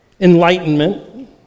enlightenment